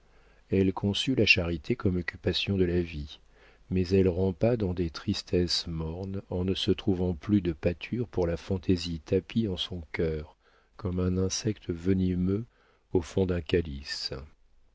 elle conçut la charité comme occupation de la vie mais elle rampa dans des tristesses mornes en ne se trouvant plus de pâture pour la fantaisie tapie en son cœur comme un insecte venimeux au fond d'un calice